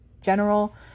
general